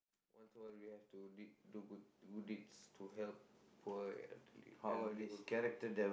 once a while we have to did do good good deeds to help poor elderly elderly poor people